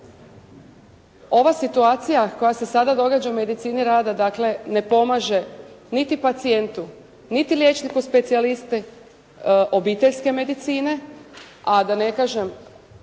Ova situacija koja se sada događa u medicini rada ne pomaže niti pacijentu, niti liječniku specijalisti obiteljske medicine, a da ne kažem